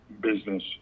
business